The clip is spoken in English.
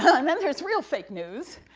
so and then there's real fake news,